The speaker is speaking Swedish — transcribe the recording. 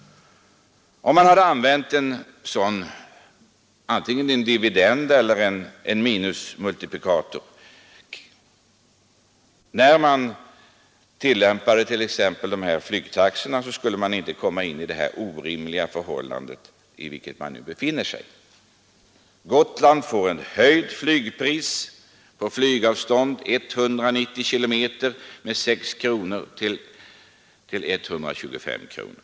Om en sådan faktor, antingen en dividend eller en minusmultiplikator, hade använts vid bestämningen av exempelvis de nya flygtaxorna, skulle inte så orimliga förhållanden ha uppstått som de som nu råder. Nu har Gotland för en flygresa på 190 km fått flygpriset höjt med 6 kronor till 125 kronor.